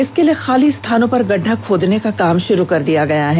इसके लिए खाली स्थानों पर गड्डा खोदने का काम शुरू कर दिया गया है